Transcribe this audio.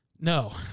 No